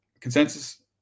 consensus